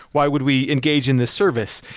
why would we engage in the service?